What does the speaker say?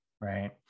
right